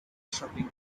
shopping